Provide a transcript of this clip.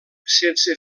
sense